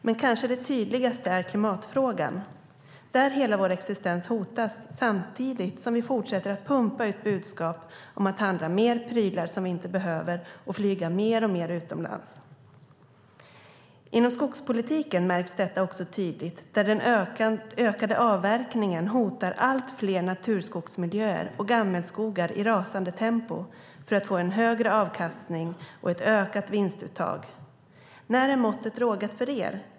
Men det tydligaste kanske är klimatfrågan, där hela vår existens hotas, samtidigt som vi fortsätter att pumpa ut budskap om att handla mer prylar som vi inte behöver och flyga mer och mer utomlands. Inom skogspolitiken märks detta också tydligt. Den ökade avverkningen hotar allt fler naturskogsmiljöer och gammelskogar i rasande tempo för att man vill få en högre avkastning och ett ökat vinstuttag. När är måttet rågat för er?